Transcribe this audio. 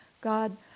God